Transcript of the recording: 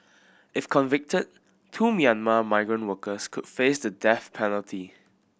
if convicted two Myanmar migrant workers could face the death penalty